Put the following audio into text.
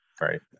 right